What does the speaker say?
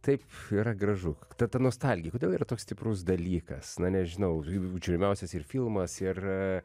taip yra gražu ta ta nostalgija kodėl yra toks stiprus dalykas na nežinau žiūrimiausias ir filmas ir